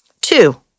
Two